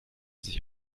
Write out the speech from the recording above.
sich